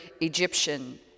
Egyptian